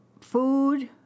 food